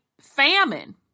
Famine